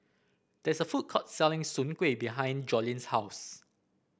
there is a food court selling Soon Kway behind Joleen's house